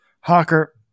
Hawker